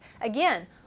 Again